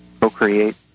co-create